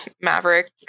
Maverick